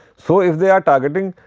so, if they are targeting